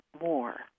More